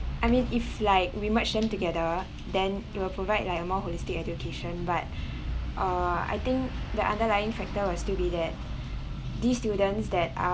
I mean if like we merge them together then it will provide like a more holistic education but uh I think the underlying factor will still be there these students that are